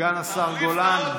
סגן השר גולן, איננו.